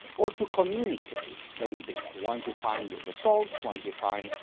or to communicate those data. once you find your results, once you find,